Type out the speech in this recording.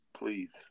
please